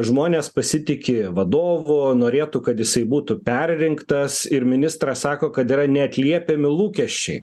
žmonės pasitiki vadovu norėtų kad jisai būtų perrinktas ir ministras sako kad yra neatliepiami lūkesčiai